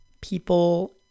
people